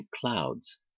clouds